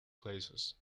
classes